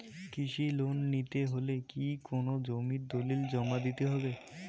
কৃষি লোন নিতে হলে কি কোনো জমির দলিল জমা দিতে হবে?